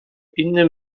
innym